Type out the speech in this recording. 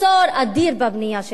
עכשיו,